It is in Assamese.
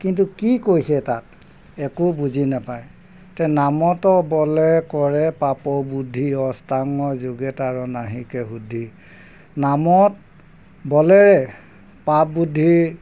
কিন্তু কি কৈছে তাত একো বুজি নাপায় নামতো বোলে কৰে পাপৰ বুদ্ধি অষ্টাঙ যোগে তাৰ নাহিকে শুদ্ধি নামত বলেৰে পাপ বুদ্ধি